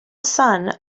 son